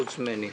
חוץ ממני,